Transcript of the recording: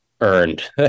earned